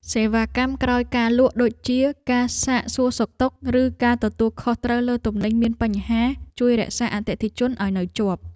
សេវាកម្មក្រោយការលក់ដូចជាការសាកសួរសុខទុក្ខ ឬការទទួលខុសត្រូវលើទំនិញមានបញ្ហា ជួយរក្សាអតិថិជនឱ្យនៅជាប់។